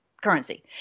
currency